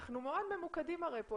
אנחנו מאוד ממוקדים כאן.